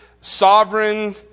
sovereign